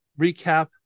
recap